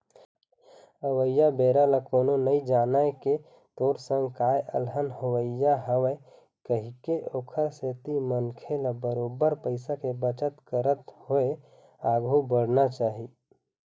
अवइया बेरा ल कोनो नइ जानय के तोर संग काय अलहन होवइया हवय कहिके ओखर सेती मनखे ल बरोबर पइया के बचत करत होय आघु बड़हना चाही